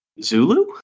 zulu